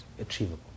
achievable